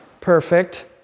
perfect